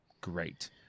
great